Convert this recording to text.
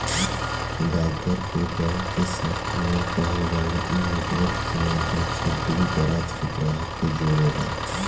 डाक घर के बैंक के शाखा ना कहल जाला इ नेटवर्क के माध्यम से दूर दराज के ग्राहक के जोड़ेला